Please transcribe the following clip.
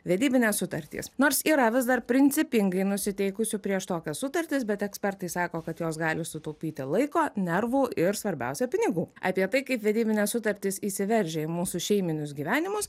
vedybinės sutartys nors yra vis dar principingai nusiteikusių prieš tokias sutartis bet ekspertai sako kad jos gali sutaupyti laiko nervų ir svarbiausia pinigų apie tai kaip vedybinės sutartys įsiveržia į mūsų šeiminius gyvenimus